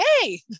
Hey